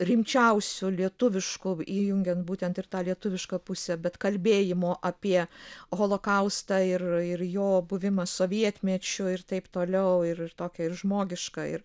rimčiausių lietuviškų įjungiant būtent ir tą lietuvišką pusę bet kalbėjimo apie holokaustą ir ir jo buvimą sovietmečiu ir taip toliau ir tokią ir žmogišką ir